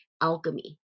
alchemy